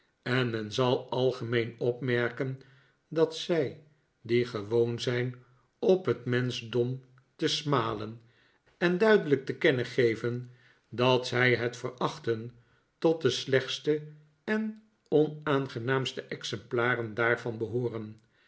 en men zal algemeen opmerken dat zij die gewoon zijn op het menschdom te smalen en duidelijk te kennen geven dat zij het verachten tot de slechtste en onaangenaamste exemplaren daarvan behooren